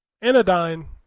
Anodyne